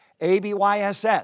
abyss